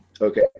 Okay